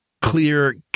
clear